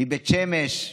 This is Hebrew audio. מבית שמש,